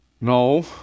No